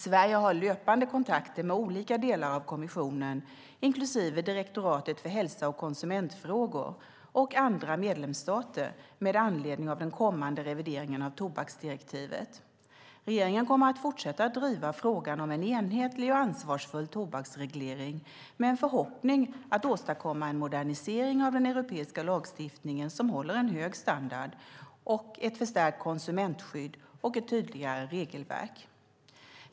Sverige har löpande kontakter med olika delar av kommissionen, inklusive direktoratet för hälsa och konsumentfrågor, och andra medlemsstater med anledning av den kommande revideringen av tobaksdirektivet. Regeringen kommer att fortsätta driva frågan om en enhetlig och ansvarsfull tobaksreglering med en förhoppning att åstadkomma en modernisering av den europeiska lagstiftningen som håller en hög standard, ett förstärkt konsumentskydd och ett tydligare regelverk.